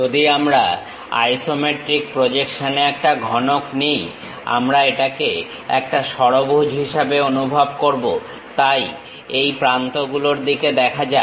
যদি আমরা আইসোমেট্রিক প্রজেকশনে একটা ঘনক নিই আমরা এটাকে একটা ষড়ভুজ হিসাবে অনুভব করব তাই এই প্রান্ত গুলোর দিকে দেখা যাক